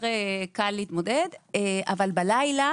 בלילה